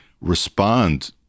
respond